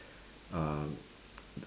um